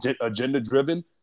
agenda-driven